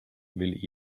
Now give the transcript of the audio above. will